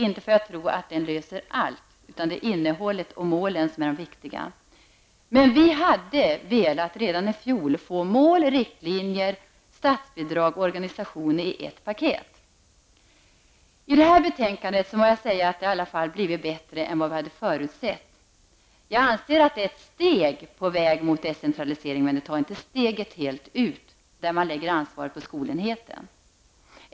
Jag tror inte att den löser allt, eftersom det är innehållet och målen som är det viktiga. Vi hade velat få mål, riktlinjer, statsbidrag, och organisation i ett paket redan i fjol. Detta betänkande har i alla fall blivit bättre än vad vi hade förutsett. Det är ett steg på vägen mot decentralisering, men det tar inte steget fullt ut och lägger ansvaret på skolenheten.